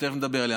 שתכף נדבר עליה.